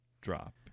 drop